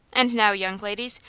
and now, young ladies,